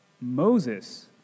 Moses